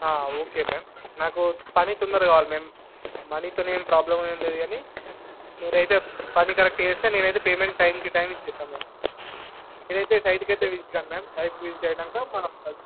okay ma'am నాకు పని తొందరగా అవ్వాలి మామ్ మనీతో ఏం ప్రాబ్లమ్ ఏం లేదు కాని మీరు అయితే పని కరెక్ట్గా చేస్తే నేను అయితే పేమెంట్ టైంకి టైంకి ఇచ్చేస్తాను మామ్ మీరు అయితే సైట్కి అయితే విజిట్కాండీ మామ్ సైట్కి విజిట్ అయ్యాక మనం కలుసుకుందాం